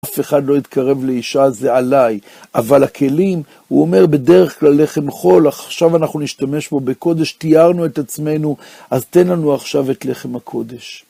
אף אחד לא יתקרב לאישה זה עליי, אבל הכלים, הוא אומר, בדרך כלל לחם חול, עכשיו אנחנו נשתמש בו בקודש, טיהרנו את עצמנו, אז תן לנו עכשיו את לחם הקודש.